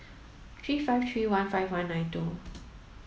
three five three one five one nine two